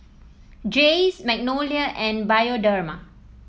Jays Magnolia and Bioderma